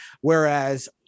whereas